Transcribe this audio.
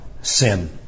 sin